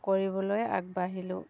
কৰিবলৈ আগবাঢ়িলোঁ